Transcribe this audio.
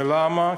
ולמה?